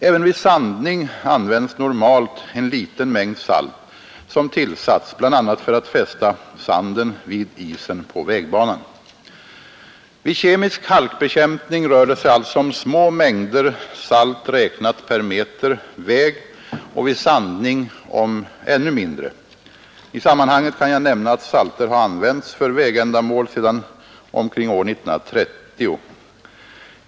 Även vid sandning används normalt en liten mängd salt som tillsats bl.a. för att fästa sanden vid isen på vägbanan. Vid kemisk halkbekämpning rör det sig alltså om små mängder salt räknat per meter väg och vid sandning om ännu mindre. I sammanhanget kan jag nämna att salter har använts för vägändamål sedan omkring år 1930.